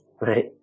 right